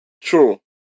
True